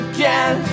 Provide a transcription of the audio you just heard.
Again